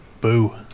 Boo